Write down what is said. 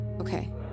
Okay